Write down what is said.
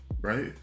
right